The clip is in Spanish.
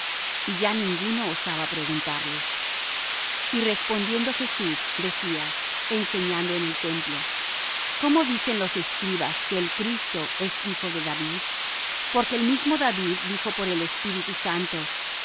y ya ninguno osaba preguntarle y respondiendo jesús decía enseñando en el templo cómo dicen los escribas que el cristo es hijo de david porque el mismo david dijo por el espíritu santo